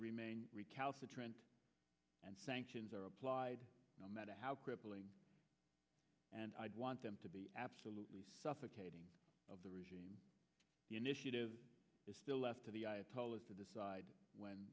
remain recalcitrant and sanctions are applied no matter how crippling and i'd want them to be absolutely suffocating of the regime is still left to the ayatollahs to decide when